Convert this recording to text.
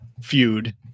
feud